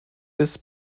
des